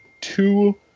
two